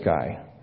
guy